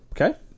Okay